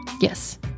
Yes